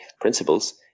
principles